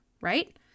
right